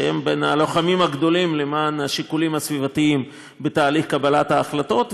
שהם בין הלוחמים הגדולים למען השיקולים הסביבתיים בתהליך קבלת ההחלטות,